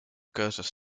cursus